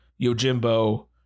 Yojimbo